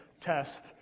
test